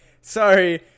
sorry